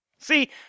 See